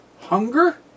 hunger